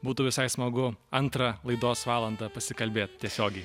būtų visai smagu antrą laidos valandą pasikalbėt tiesiogiai